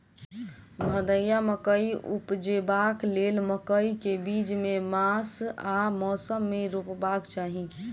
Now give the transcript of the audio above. भदैया मकई उपजेबाक लेल मकई केँ बीज केँ मास आ मौसम मे रोपबाक चाहि?